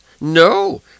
No